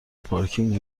پارکینگ